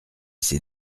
s’est